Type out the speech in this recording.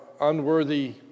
unworthy